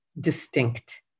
distinct